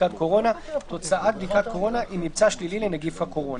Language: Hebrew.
בבדיקת קורונה" תוצאת בדיקת קורונה עם ממצא שלילי לנגיף הקורונה,".